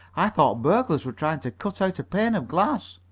i thought burglars were trying to cut out a pane of glass.